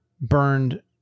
burned